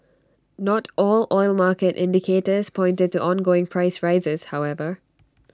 not all oil market indicators pointed to ongoing price rises however